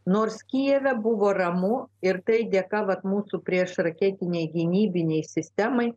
nors kijeve buvo ramu ir tai dėka vat mūsų priešraketinei gynybinei sistemai